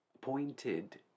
pointed